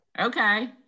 Okay